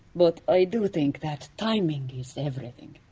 but i do think that timing is everything.